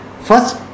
First